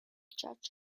judge